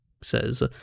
Says